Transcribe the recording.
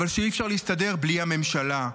אבל שאי-אפשר להסתדר בלי הממשלה.